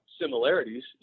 similarities